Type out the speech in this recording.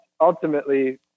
ultimately